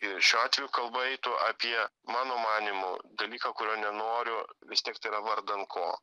ir šiuo atveju kalba eitų apie mano manymu dalyką kurio nenoriu vis tiek tai yra vardan ko